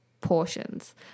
Portions